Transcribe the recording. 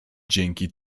dzięki